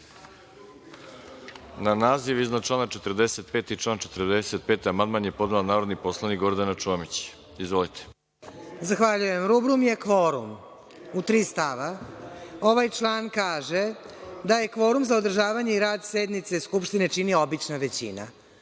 Na naziv iznad člana 45. i član 45. amandman je podnela narodni poslanik Gordana Čomić. **Gordana Čomić** Zahvaljujem. Rubrum je „kvorum“. U tri stava ovaj član kaže da kvorum za održavanje i rad sednice Skupštine čini obična većina.